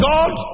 God